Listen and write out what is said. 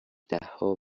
دهها